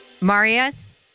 Marius